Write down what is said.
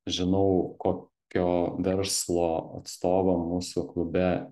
žinau kokio verslo atstovo mūsų klube